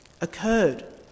occurred